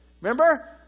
Remember